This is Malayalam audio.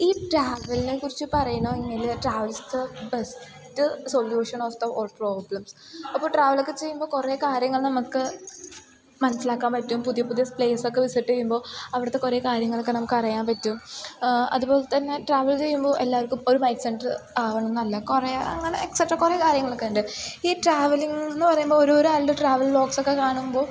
ഈ ട്രാവലിനെക്കുറിച്ച് പറയണമെങ്കിൽ travel is the best solution of the all problems അപ്പോൾ ട്രാവലൊക്കെ ചെയ്യുമ്പോൾ കുറേ കാര്യങ്ങൾ നമുക്ക് മനസ്സിലാക്കാൻ പറ്റും പുതിയ പുതിയ സ്പേസൊക്കെ വിസിറ്റ് ചെയ്യുമ്പോൾ അവിടുത്തെ കുറേ കാര്യങ്ങളൊക്കെ നമുക്കറിയാൻ പറ്റും അതുപോലെ തന്നെ ട്രാവൽ ചെയ്യുമ്പോൾ എല്ലാവർക്കും ഒരു മൈൻ്റ് സെറ്റ് ആകണമെന്നില്ല കുറേ അങ്ങനെ എക്സ്ട്രാ കുറേ കാര്യങ്ങളൊക്കെ ഉണ്ട് ഈ ട്രാവലിങ്ങെന്നു പറയുമ്പോൾ ഓരോരോരാളുടെ ട്രാവൽ വ്ളോഗ്സൊക്കെ കാണുമ്പോൾ